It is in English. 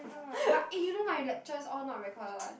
ya oh-my-god but eh you know my lectures all not recorded one